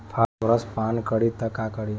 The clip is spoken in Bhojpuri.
फॉस्फोरस पान करी त का करी?